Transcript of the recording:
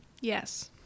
yes